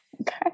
Okay